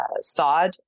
sod